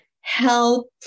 help